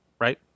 right